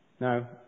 Now